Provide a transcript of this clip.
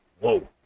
Whoa